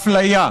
אפליה.